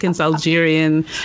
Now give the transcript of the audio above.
Algerian